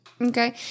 okay